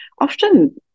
often